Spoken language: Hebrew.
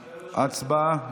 הצבעה.